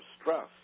stress